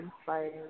inspiring